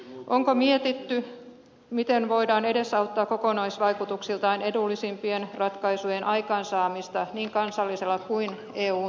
onko mietitty miten voidaan edesauttaa kokonaisvaikutuksiltaan edullisimpien ratkaisujen aikaansaamista niin kansallisella kuin eun tasolla